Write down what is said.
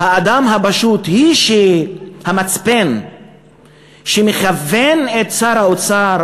"האדם הפשוט" היא המצפן שמכוון את שר האוצר,